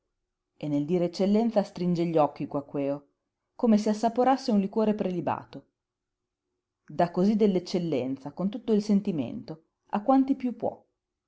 e nel dire eccellenza stringe gli occhi quaquèo come se assaporasse un liquore prelibato dà cosí dell'eccellenza con tutto il sentimento a quanti piú può